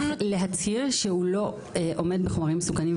היבואן צריך להצהיר שהוא לא עומד בחומרים מסוכנים.